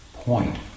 point